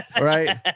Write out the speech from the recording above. right